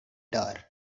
guitar